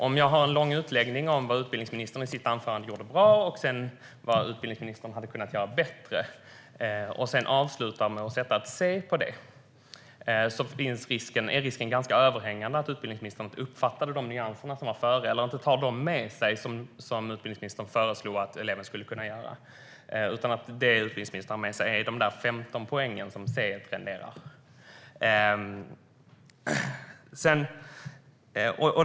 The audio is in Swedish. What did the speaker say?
Om jag har en lång utläggning om vad utbildningsministern gjorde bra i sitt anförande och vad han hade kunnat göra bättre och sedan avslutar med att sätta ett C för det är risken ganska överhängande att utbildningsministern inte tar med sig de nyanser som gäller det som utbildningsministern föreslog att elever skulle kunna göra. Det som utbildningsministern tar med sig är de 15 poäng som detta C renderar.